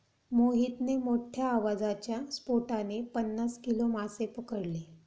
मोहितने मोठ्ठ्या आवाजाच्या स्फोटाने पन्नास किलो मासे पकडले